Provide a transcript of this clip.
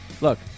Look